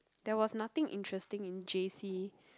there was nothing interesting in J_C